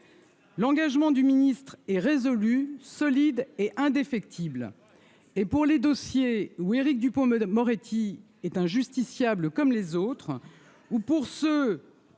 L'engagement du ministre est résolu solide et indéfectible et pour les dossiers ou Éric Dupont-me de Moretti est un justiciable comme les autres ou pour ce